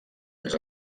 més